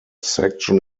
section